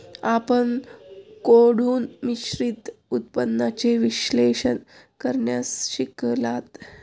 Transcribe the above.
आपण कोठून निश्चित उत्पन्नाचे विश्लेषण करण्यास शिकलात?